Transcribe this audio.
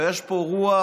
ויש פה רוח